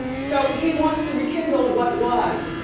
so he wants to rekindle what was,